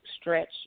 stretch